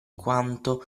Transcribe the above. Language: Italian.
quanto